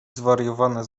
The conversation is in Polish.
zwariowane